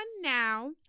now